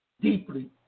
deeply